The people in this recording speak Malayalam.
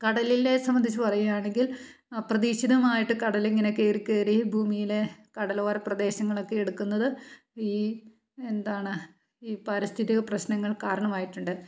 കടലിലെ സംബന്ധിച്ച് പറയുകയാണെങ്കിൽ അപ്രതീക്ഷിതമായിട്ട് കടലിങ്ങനെ കയറിക്കയറി ഭൂമിയിലെ കടലോര പ്രദേശങ്ങളൊക്കെ എടുക്കുന്നത് ഈ എന്താണ് ഈ പാരിസ്ഥിതിക പ്രശ്നങ്ങൾ കാരണമായിട്ടുണ്ട്